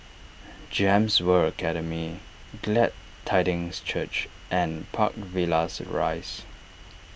Gems World Academy Glad Tidings Church and Park Villas Rise